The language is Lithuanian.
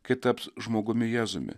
kai taps žmogumi jėzumi